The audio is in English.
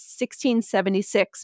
1676